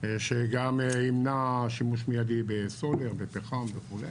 שגם ימנע שימוש מיידי בסולר, בפחם וכו'.